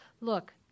Look